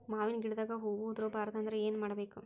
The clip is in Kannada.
ಮಾವಿನ ಗಿಡದಾಗ ಹೂವು ಉದುರು ಬಾರದಂದ್ರ ಏನು ಮಾಡಬೇಕು?